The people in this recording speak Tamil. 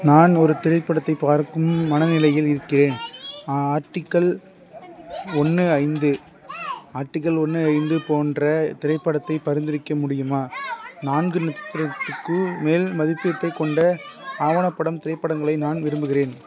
நான் ஒரு திரைப்படத்தை பார்க்கும் மனநிலையில் இருக்கிறேன் ஆர்டிக்கள் ஒன்று ஐந்து ஆர்டிக்கள் ஒன்று ஐந்து போன்ற திரைப்படத்தை பரிந்துரைக்க முடியுமா நான்கு நட்சத்திரத்துக்கு மேல் மதிப்பீட்டை கொண்ட ஆவணப்படம் திரைப்படங்களை நான் விரும்புகிறேன்